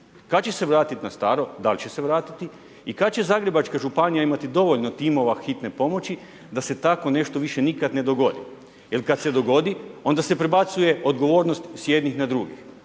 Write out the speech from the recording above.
Kad će se vratiti na staro? Da li će se vratiti? I kad će Zagrebačka županija imati dovoljno timova hitne pomoći da se tako nešto više nikad ne dogodi? Jer kad se dogodi, onda se prebacuje odgovornost s jednih na drugi,